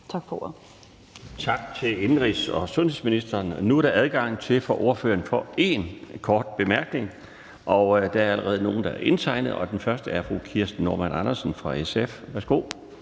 Laustsen): Tak til indenrigs- og sundhedsministeren. Nu er der adgang for ordførerne til én kort bemærkning. Der er allerede nogle, der har indtegnet sig, og den første er fru Kirsten Normann Andersen fra SF. Værsgo.